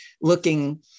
looking